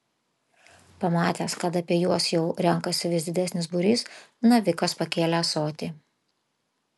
pamatęs kad apie juos jau renkasi vis didesnis būrys navikas pakėlė ąsotį